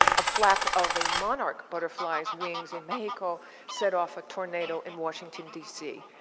a flap of a monarch's butterfly's wings in mexico set off a tornado in washington dc.